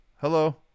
Hello